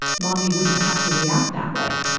mommy wouldn't have to react that way.